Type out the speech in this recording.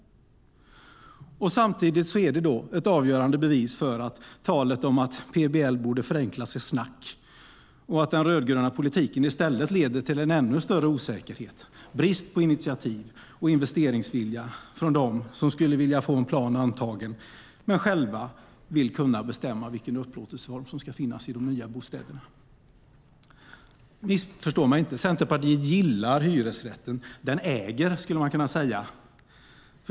Samtidigt är det ett avgörande bevis för att talet om att PBL borde förenklas är snack och att den rödgröna politiken i stället leder till en ännu större osäkerhet och brist på initiativ och investeringsvilja hos dem som skulle vilja få en plan antagen men som själva vill kunna bestämma vilken upplåtelseform som de nya bostäderna ska ha. Missförstå mig inte! Centerpartiet gillar hyresrätten. Den "äger", skulle man kunna säga.